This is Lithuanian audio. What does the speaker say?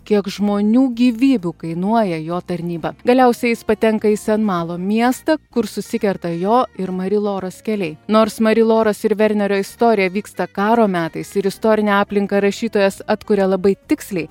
kiek žmonių gyvybių kainuoja jo tarnyba galiausiai jis patenka į senmalo miestą kur susikerta jo ir mari loros keliai nors mari loros ir vernerio istorija vyksta karo metais ir istorinę aplinką rašytojas atkuria labai tiksliai